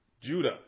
Judah